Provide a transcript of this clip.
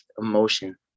emotion